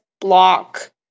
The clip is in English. block